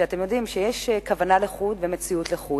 אתם יודעים שכוונה לחוד ומציאות לחוד.